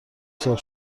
سرخ